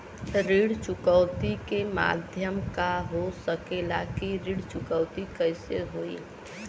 ऋण चुकौती के माध्यम का हो सकेला कि ऋण चुकौती कईसे होई?